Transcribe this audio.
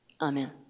Amen